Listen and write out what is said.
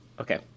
Okay